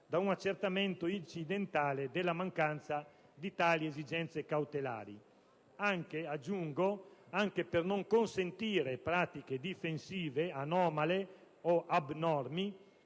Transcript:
da un accertamento incidentale della mancanza di tali esigenze cautelari». Aggiungo: anche per non consentire pratiche difensive anomale o abnormi